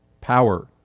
power